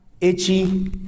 itchy